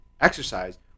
exercise